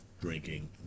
drinking